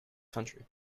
country